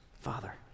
Father